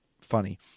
funny